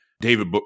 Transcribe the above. David